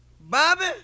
Bobby